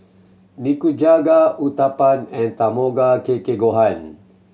Nikujaga Uthapam and Tamago Kake Gohan